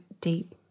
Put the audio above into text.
deep